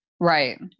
Right